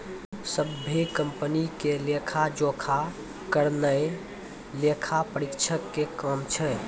सभ्भे कंपनी के लेखा जोखा करनाय लेखा परीक्षक के काम छै